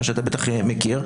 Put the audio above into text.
מה שאתה בטח מכיר.